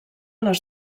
les